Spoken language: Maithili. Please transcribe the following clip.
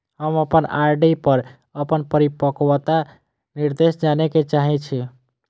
हम अपन आर.डी पर अपन परिपक्वता निर्देश जाने के चाहि छी